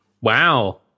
wow